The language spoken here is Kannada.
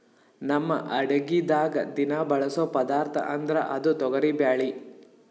ನಮ್ ಅಡಗಿದಾಗ್ ದಿನಾ ಬಳಸೋ ಪದಾರ್ಥ ಅಂದ್ರ ಅದು ತೊಗರಿಬ್ಯಾಳಿ